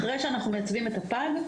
אחרי שאנחנו מייצבים את הפג,